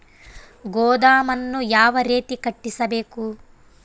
ಗೋದಾಮನ್ನು ಯಾವ ರೇತಿ ಕಟ್ಟಿಸಬೇಕು?